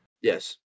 Yes